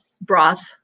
broth